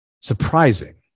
surprising